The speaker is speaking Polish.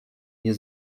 nie